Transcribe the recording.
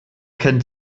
kennt